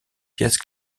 pièces